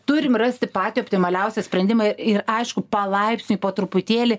turim rasti patį optimaliausią sprendimą ir aišku palaipsniui po truputėlį